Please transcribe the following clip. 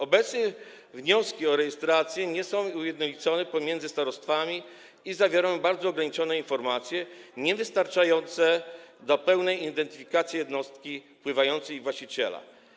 Obecnie wnioski o rejestrację nie są ujednolicone pomiędzy starostwami i zawierają bardzo ograniczone informacje niewystarczające do pełnej identyfikacji jednostki pływającej i właściciela.